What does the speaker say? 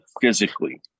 physically